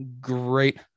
great